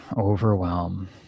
overwhelm